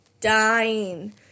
dying